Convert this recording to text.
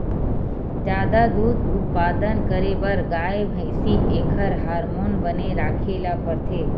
जादा दूद उत्पादन करे बर गाय, भइसी एखर हारमोन बने राखे ल परथे